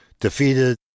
defeated